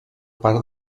part